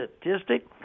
statistic